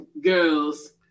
girls